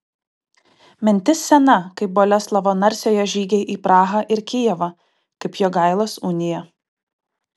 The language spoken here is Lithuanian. mintis sena kaip boleslovo narsiojo žygiai į prahą ir kijevą kaip jogailos unija